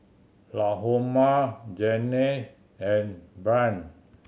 Lahoma Janelle and Brynn